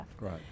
Right